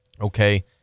okay